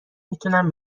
میتونم